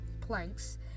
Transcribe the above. planks